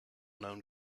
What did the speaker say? known